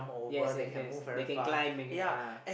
yes yes yes that can climb and ah